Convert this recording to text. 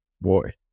boy